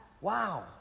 Wow